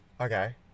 Okay